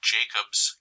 Jacob's